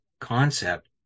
concept